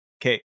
Okay